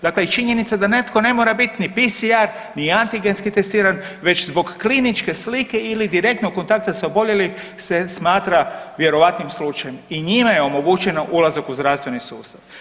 Dakle i činjenica da netko ne mora bit ni PCR ni antigenski testiran već zbog kliničke slike ili direktnog kontakta sa oboljelim se smatra vjerovatnim slučajem i njime je omogućeno ulazak u zdravstveni sustav.